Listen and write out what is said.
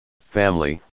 family